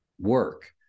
work